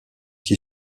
qui